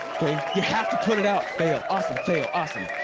okay? you have to put it out, fail, awesome, fail, awesome,